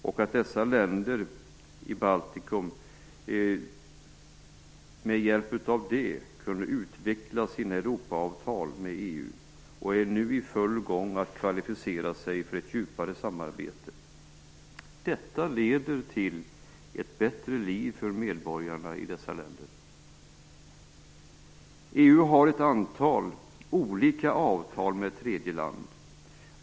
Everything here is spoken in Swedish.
Med hjälp av detta kunde länderna i Baltikum utveckla sina Europaavtal med EU. De är nu i full gång för att kvalificera sig för ett djupare samarbete. Detta leder till ett bättre liv för medborgarna i dessa länder. EU har ett antal olika avtal med tredje land.